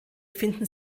finden